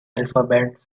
alphabet